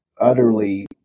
utterly